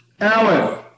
Alan